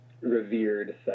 revered